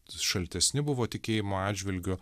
šaltesni buvo tikėjimo atžvilgiu